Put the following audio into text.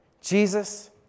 Jesus